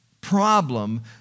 problem